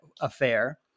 affair